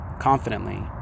confidently